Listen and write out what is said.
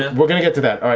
we're gonna get to that.